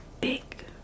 big